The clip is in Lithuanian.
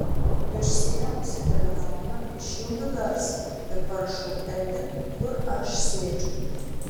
išsiėmusi telefoną išjungiu garsą ir parašau edi kur aš sėdžiu